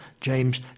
James